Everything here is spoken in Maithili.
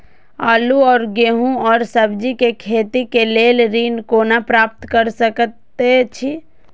आलू और गेहूं और सब्जी के खेती के लेल ऋण कोना प्राप्त कय सकेत छी?